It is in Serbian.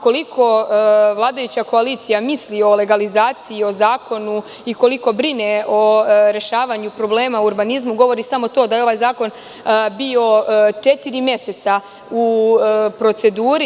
Koliko vladajuća koalicija misli o legalizaciji, o zakonu i koliko brine o rešavanju problema o urbanizmu, govori samo to da je ovaj zakon bio četiri meseca u proceduri.